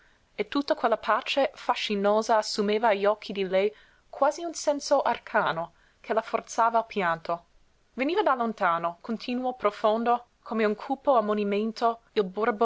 e tutta quella pace fascinosa assumeva agli occhi di lei quasi un senso arcano che la forzava al pianto veniva da lontano continuo profondo come un cupo ammonimento